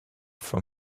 from